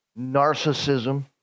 narcissism